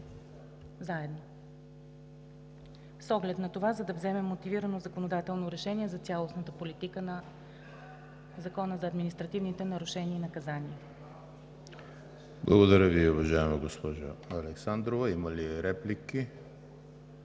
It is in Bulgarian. заедно с оглед на това да вземем мотивирано законодателно решение за цялостната политика на Закона за административните нарушения и наказания. ПРЕДСЕДАТЕЛ ЕМИЛ ХРИСТОВ: Благодаря Ви, уважаема госпожо Александрова. Има ли реплики,